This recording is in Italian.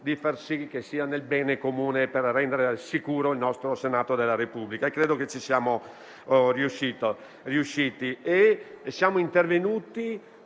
di operare per il bene comune e per rendere sicuro il nostro Senato della Repubblica e credo che ci siamo riusciti.